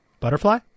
Butterfly